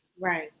right